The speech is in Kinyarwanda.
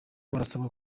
barasabwa